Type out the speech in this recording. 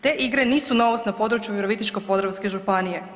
Te igre nisu novost na području Virovitičko-podravske županije.